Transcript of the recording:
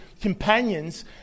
companions